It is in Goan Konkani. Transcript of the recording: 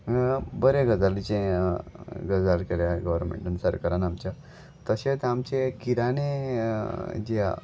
बरे गजालीचे गजाल केले गोवरमेंटान सरकारान आमच्या तशेंच आमचे किराणे जे